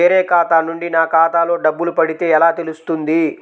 వేరే ఖాతా నుండి నా ఖాతాలో డబ్బులు పడితే ఎలా తెలుస్తుంది?